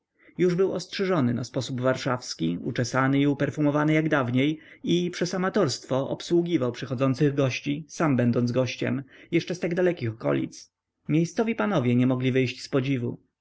już był ostrzyżony na sposób warszawski uczesany i uperfumowany jak dawniej i przez amatorstwo obsługiwał przychodzących gości sam będąc gościem jeszcze z tak dalekich okolic miejscowi panowie nie mogli wyjść z podziwu